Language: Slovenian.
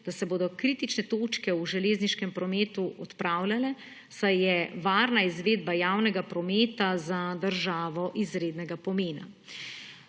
da se bodo kritične točke v železniškem prometu odpravljale, saj je varna izvedba javnega prometa za državo izrednega pomena.